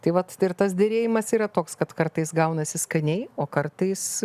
tai vat ir tas derėjimas yra toks kad kartais gaunasi skaniai o kartais